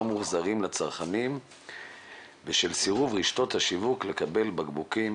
מוחזרים לצרכנים בשלח סירוב רשתות השיווק לקבל בקבוקים